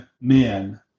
men